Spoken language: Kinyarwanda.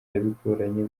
bigoranye